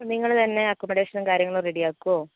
ഇപ്പോൾ നിങ്ങൾ തന്നെ അക്കോമഡേഷനും കാര്യങ്ങളും റെഡിയാക്കോ